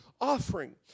offering